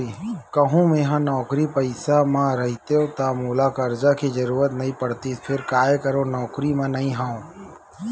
कहूँ मेंहा नौकरी पइसा म रहितेंव ता मोला करजा के जरुरत नइ पड़तिस फेर काय करव नउकरी म नइ हंव